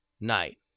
night